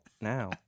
now